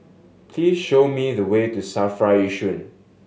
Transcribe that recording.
please show me the way to SAFRA Yishun